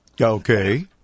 Okay